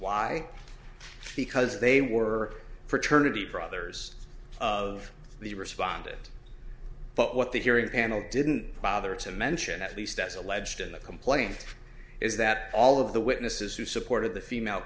why because they were fraternity brothers of the respond it but what the hearing panel didn't bother to mention at least as alleged in the complaint is that all of the witnesses who supported the female